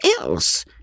else